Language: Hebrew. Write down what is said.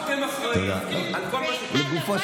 אתם אחראים על כל מה שקורה.